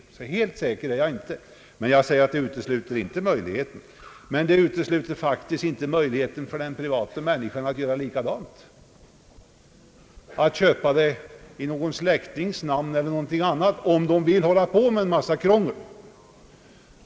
Helt säker är jag således inte, men jag utesluter inte möjligheten. Å andra sidan utesluter jag inte heller möjligheten för privata människor att göra likadant. De kan t.ex. köpa i någon släktings namn, om de vill hålla på med en massa krångel.